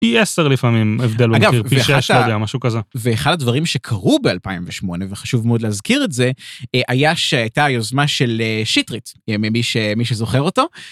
היא 10 לפעמים, הבדל הוא מ-6, לא יודע, משהו כזה. ואחד הדברים שקרו ב-2008, וחשוב מאוד להזכיר את זה, הייתה היוזמה של שטרית, ממי שזוכר אותו.